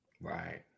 Right